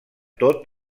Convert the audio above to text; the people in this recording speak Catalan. tot